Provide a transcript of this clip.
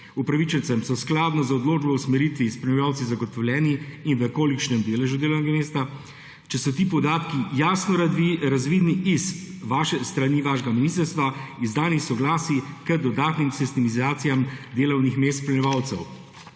upravičencem so skladno z odločbo o usmeritvi spremljevalci zagotovljeni in v kolikšnem deležu delovnega mesta, če so ti podatki jasno razvidni s strani vašega ministrstva izdanih soglasij k dodatnim sistemizacijam delovnih mest spremljevalcev?